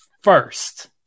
First